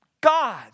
God